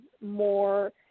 more